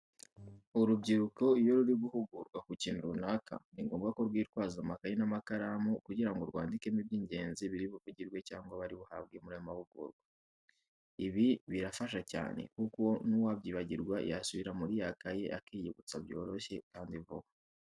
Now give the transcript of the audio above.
Urubyiruko iyo ruri guhugurwa ku kintu runaka, ni ngombwa ko rwitwaza amakayi n'amakaramu kugira ngo bandikemo iby'ingenzi biri buvugirwe cyangwa bari buhabwe muri ayo mahugurwa. Ibi birabafasha cyane kuko n'uwabyibagirwa yasubira muri ya kaye akiyibutsa byoroshye kandi vuba.